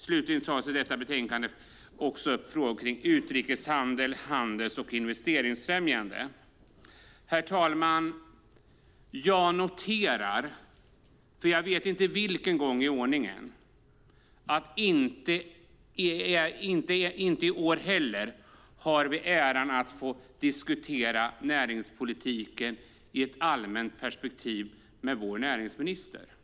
Slutligen tar man i detta betänkande upp frågor om utrikeshandel samt handels och investeringsfrämjande. Herr talman! Jag noterar för jag vet inte vilken gång i ordningen att vi inte heller i år har äran att få diskutera näringspolitiken i ett allmänt perspektiv med vår näringsminister.